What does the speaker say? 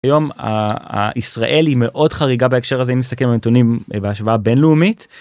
היום הישראל היא מאוד חריגה בהקשר הזה מסכם עיתונים בהשוואה בינלאומית.